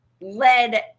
led